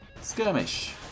Skirmish